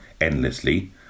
endlessly